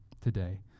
today